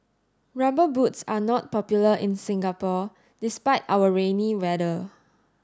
rubber boots are not popular in Singapore despite our rainy weather